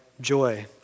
joy